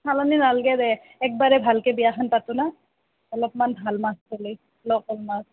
ছালানী নালগে দে একবাৰেই ভালকৈ বিয়াখন পাতো ন